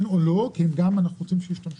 אנחנו נסתכל